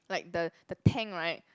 like the the tank right